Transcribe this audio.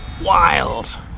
Wild